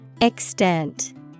Extent